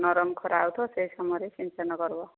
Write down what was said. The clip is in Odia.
ନରମ ଖରା ହଉଥିବ ସେ ସମୟରେ ଛିଞ୍ଚନ କରିବ